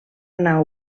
anar